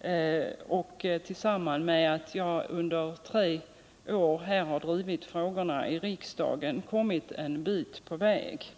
Detta tillsammans med att jag under tre år drivit frågorna här i riksdagen har gjort att vi kommit en bit på väg.